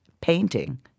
painting –